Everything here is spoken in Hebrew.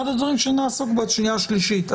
הדברים שנעסוק בהם בקריאה השנייה והשלישית.